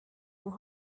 will